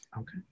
Okay